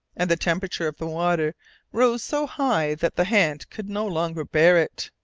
and the temperature of the water rose so high that the hand could no longer bear it.